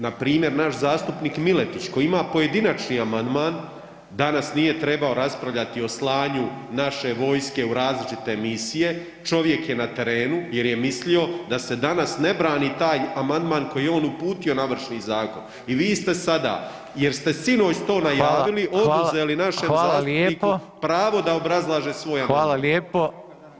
Npr. naš zastupnik Miletić koji ima pojedinačni amandman danas nije trebao raspravljati o slanju naše vojske u različite misije, čovjek je na terenu jer je mislio da se danas ne brani taj amandman koji je on uputio na Ovršni zakon i vi ste sada jer ste sinoć to najavili [[Upadica: Hvala, hvala. hvala lijepo.]] oduzeli našem zastupniku pravo [[Upadica: Hvala lijepo.]] da obrazlaže svoj amandman.